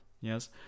yes